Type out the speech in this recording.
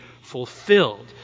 fulfilled